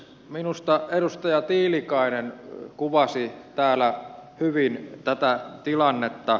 minusta edustaja tiilikainen kuvasi täällä hyvin tätä tilannetta